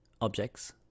objects